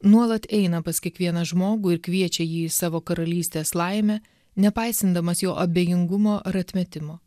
nuolat eina pas kiekvieną žmogų ir kviečia jį į savo karalystės laimę nepaisindamas jo abejingumo ar atmetimo